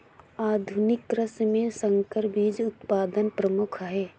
आधुनिक कृषि में संकर बीज उत्पादन प्रमुख है